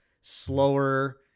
slower